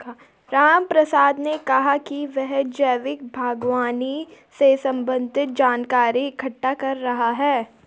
रामप्रसाद ने कहा कि वह जैविक बागवानी से संबंधित जानकारी इकट्ठा कर रहा है